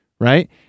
right